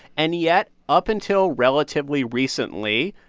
and yet up until relatively recently,